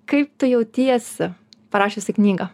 kaip tu jautiesi parašiusi knygą